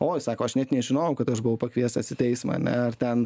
oi sako aš net nežinojau kad aš buvau pakviestas į teismą ane ir ten